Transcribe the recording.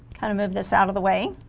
kind of move this out of the way